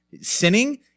sinning